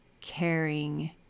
caring